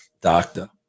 Doctor